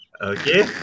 Okay